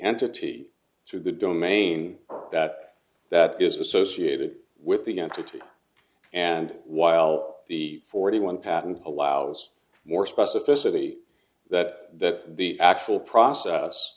entity to the domain that is associated with the entity and while the forty one patent allows more specificity that the actual process